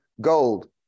gold